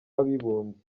w’abibumbye